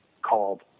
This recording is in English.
called